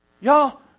Y'all